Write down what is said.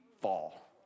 fall